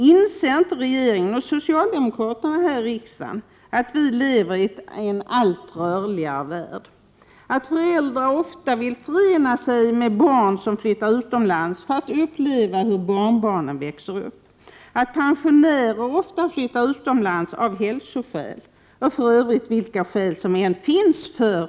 Inser inte regeringen och socialdemokraterna här i riksdagen att vi lever i en allt rörligare värld? Att föräldrar ofta vill förena sig med barn som flyttar utomlands för att uppleva hur barnbarnen växer upp? Att pensionärer ofta flyttar utomlands av hälsoskäl? Och för övrigt vilka skäl som än finns för en Prot.